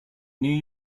new